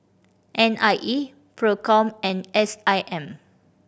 N I E Procom and S I M